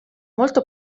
molto